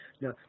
Now